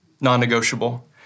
non-negotiable